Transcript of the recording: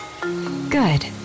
Good